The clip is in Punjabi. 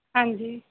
ਹਾਂਜੀ